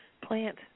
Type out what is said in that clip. plant